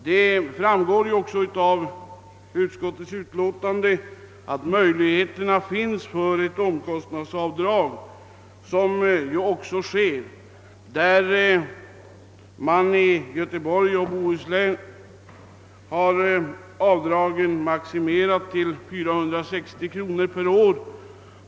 Det framgår av utskottets betänkande, att möjligheter finns att få ett omkostnadsavdrag, som i Göteborgs och Bohus län är maximerat till 460 kronor per år.